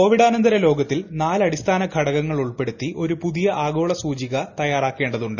കോവിടനന്തര ലോകത്തിൽ നാല് അടിസ്ഥാന ഘടകങ്ങൾ ഉൾപ്പെടുത്തി ഒരു പുതിയ ആഗോള സൂചിക തയ്യാറാക്കേതു്